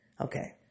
Okay